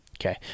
Okay